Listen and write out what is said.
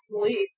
sleep